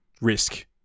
risk